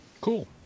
Cool